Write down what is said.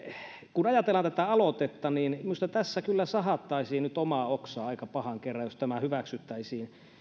kun ajatellaan tätä aloitetta niin minusta tässä kyllä sahattaisiin nyt omaa oksaa aika pahan kerran jos tämä hyväksyttäisiin jos me